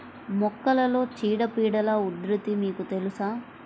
మొక్కలలో చీడపీడల ఉధృతి మీకు తెలుసా?